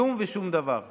כלום ושום דבר.